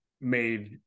made